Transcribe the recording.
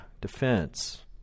defense